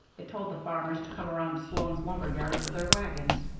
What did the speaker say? it told the farmers to come around to sloan's lumber yard with their wagons.